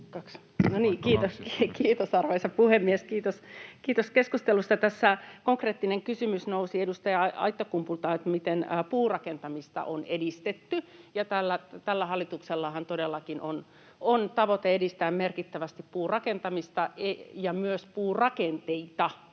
Kiitos, arvoisa puhemies! Kiitos keskustelusta. — Tässä konkreettinen kysymys nousi edustaja Aittakummulta siitä, miten puurakentamista on edistetty: Tällä hallituksellahan todellakin on tavoite edistää merkittävästi puurakentamista ja myös puurakenteita.